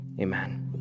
amen